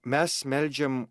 mes meldžiam